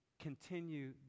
continue